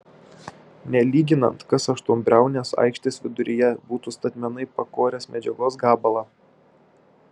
nelyginant kas aštuonbriaunės aikštės viduryje būtų statmenai pakoręs medžiagos gabalą